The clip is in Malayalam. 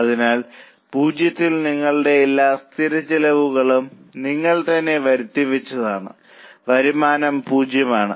അതിനാൽ 0 ൽ നിങ്ങളുടെ എല്ലാ സ്ഥിര ചെലവുകളും നിങ്ങൾ തന്നെ വരുത്തി വെച്ചതാണ് വരുമാനം 0 ആണ്